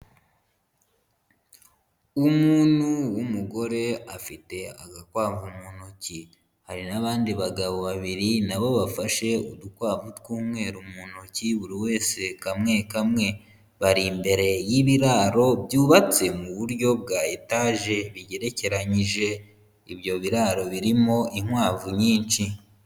Umuntu w'umugore afite agakwavu mu ntoki, hari n'abandi bagabo babiri na bo bafashe udukwavu tw'umweru mu ntoki buri wese kamwe kamwe, bari imbere y'ibiraro byubatse mu buryo bwa etaje bigerekeranyije, ibyo biraro birimo inkwavu nyinshi.